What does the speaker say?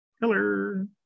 hello